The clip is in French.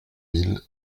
mille